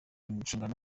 nshingano